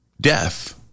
Death